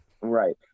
Right